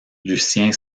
lucien